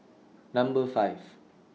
Number five